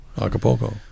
Acapulco